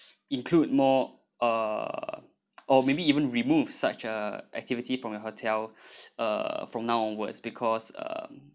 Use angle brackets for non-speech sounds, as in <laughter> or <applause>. include more uh or maybe even removed such a activity from your hotel <breath> uh from now onwards because uh